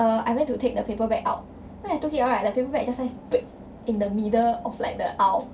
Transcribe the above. err I went to take the paper bag out then I took it right the paper bag just nice break in the middle of like the aisle